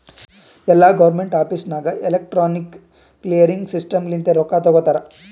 ಎಲ್ಲಾ government office ನಾಗ್ electronic clearing system ಲಿಂತೆ ರೊಕ್ಕಾ ತೊಗೋತಾರ